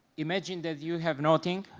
imagine that you have nothing,